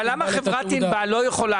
אבל למה חברת ענבל לא יכולה,